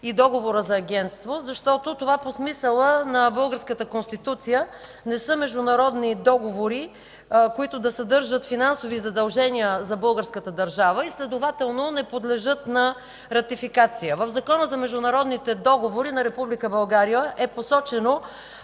и Договора за агентство, защото по смисъла на българската Конституция това не са международни договори, които да съдържат финансови задължения за българската държава, и следователно не подлежат на ратификация. В Закона за международните договори на Република България е посочено